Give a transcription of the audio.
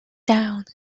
down